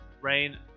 Rain